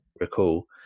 recall